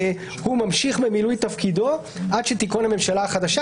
הוא ממשיך במילוי תפקידו עד שתיכון הממשלה החדשה.